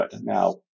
Now